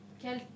Quel